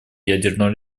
ядерного